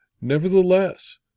Nevertheless